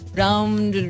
round